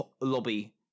lobby